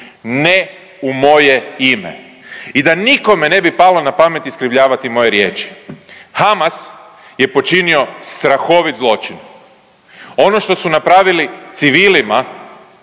Ne u moje ime. I da nikome ne bi palo na pamet iskrivljavali moje riječi. Hamas je počinio strahovit zločin. Ono što su napravili civilima